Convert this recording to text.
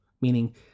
meaning